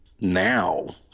now